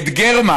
את גרמן